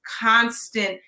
constant